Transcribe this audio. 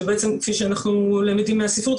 שכפי שאנחנו למדים מהספרות,